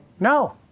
No